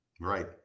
Right